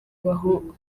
bahunga